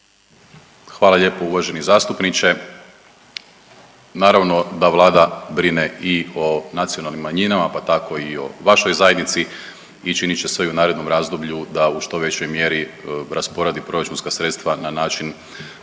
Hvala lijepo uvaženi zastupniče. Naravno da vlada brine i o nacionalnim manjinama pa tako i o vašoj zajednici i činit će sve i u narednom razdoblju da u što većoj mjeri rasporedi proračunska sredstava na način